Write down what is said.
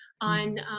on